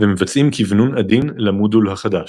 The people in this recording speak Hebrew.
ומבצעים כוונון עדין למודול החדש.